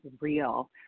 real